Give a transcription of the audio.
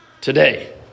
today